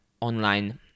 online